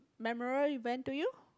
memoral event to you